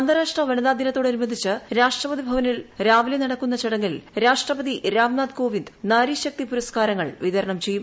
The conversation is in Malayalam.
അന്താരാഷ്ട്ര വനിതാദിനത്തോടനുബന്ധിച്ച് രാഷ്ട്രപതി ഭവനിൽ രാവിലെ നടക്കുന്ന ചടങ്ങിൽ രാഷ്ട്രപതി രാംനാഥ് കോവിന്ദ് നാരീശക്തി പുരസ്കാരങ്ങൾ വിതരണം ചെയ്യും